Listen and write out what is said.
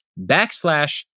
backslash